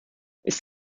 ist